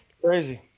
crazy